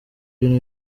ibintu